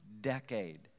decade